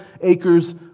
acres